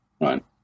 right